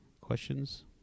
questions